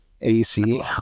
AC